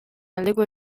aldeko